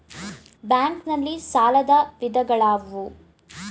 Bank ನಲ್ಲಿ ಸಾಲದ ವಿಧಗಳಾವುವು?